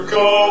go